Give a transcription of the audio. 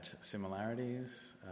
similarities